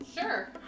Sure